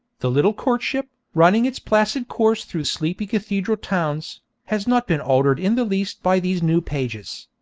the little courtship, running its placid course through sleepy cathedral towns, has not been altered in the least by these new pages.